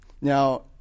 now